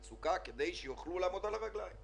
כדי שיוכלו לעמוד על הרגליים.